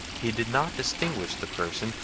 he did not distinguish the person,